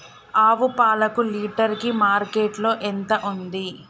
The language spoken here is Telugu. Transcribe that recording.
ఆవు పాలకు లీటర్ కి మార్కెట్ లో ఎంత ఉంది?